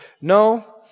No